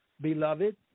beloved